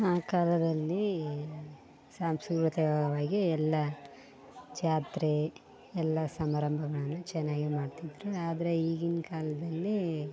ಆ ಕಾಲದಲ್ಲೀ ಸಾಂಸ್ಕೃತಿಕವಾಗಿ ಎಲ್ಲ ಜಾತ್ರೆ ಎಲ್ಲ ಸಮಾರಂಭಗಳ್ನು ಚೆನ್ನಾಗೆ ಮಾಡ್ತಿದ್ರು ಆದರೆ ಈಗಿನ ಕಾಲದಲ್ಲಿ